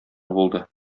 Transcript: булды